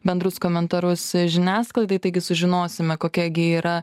bendrus komentarus žiniasklaidai taigi sužinosime kokia gi yra